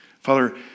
Father